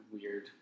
weird